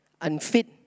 unfit